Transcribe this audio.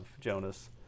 Jonas